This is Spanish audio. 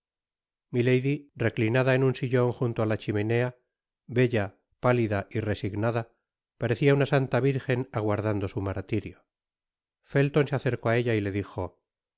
reclinada en un sillon junto á la chimenea bella pálida y resignada parecia una santa virgen aguardando su martirio felton se acercó á ella y le dijo